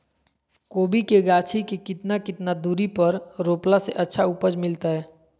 कोबी के गाछी के कितना कितना दूरी पर रोपला से अच्छा उपज मिलतैय?